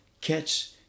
catch